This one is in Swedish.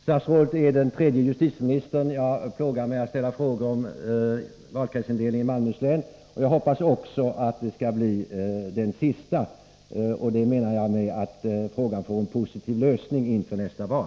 Statsrådet är den tredje justitieministern som jag plågar med att ställa frågor om valkretsindelningen i Malmöhus län. Jag hoppas också att han skall bli den sista. Med det menar jag att frågan bör få en positiv lösning inför nästa val.